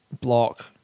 Block